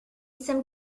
some